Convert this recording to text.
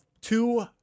two